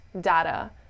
data